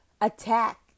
attack